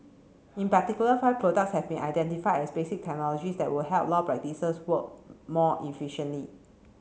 in particular five products have been identified as basic technologies that would help law practices work more efficiently